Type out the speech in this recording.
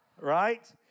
right